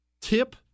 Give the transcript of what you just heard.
tip